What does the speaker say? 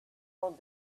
own